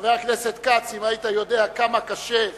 חבר הכנסת כץ, אם היית יודע כמה קשה,